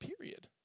period